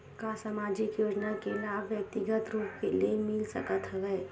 का सामाजिक योजना के लाभ व्यक्तिगत रूप ले मिल सकत हवय?